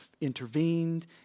intervened